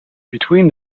between